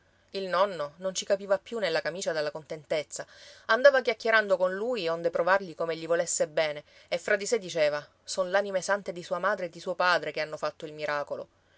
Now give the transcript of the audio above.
il nonno non ci capiva più nella camicia dalla contentezza andava chiacchierando con lui onde provargli come gli volesse bene e fra di sé diceva son l'anime sante di sua madre e di suo padre che hanno fatto il miracolo